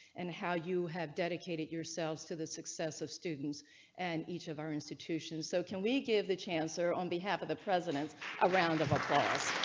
and how you have dedicated yourselves to the success of students and each of our institutions. so can we give the chance are on behalf of the president's a round of applause?